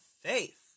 faith